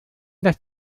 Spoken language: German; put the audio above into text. das